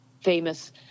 famous